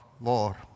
war